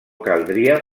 caldria